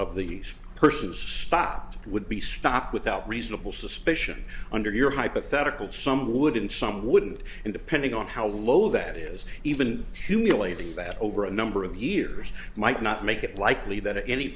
of these persons stopped would be stopped without reasonable suspicion under your hypothetical some would and some wouldn't and depending on how low that is even humiliating bad over a number of years might not make it likely that any